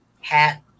hat